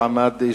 אבל,